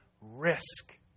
risk